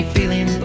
Feeling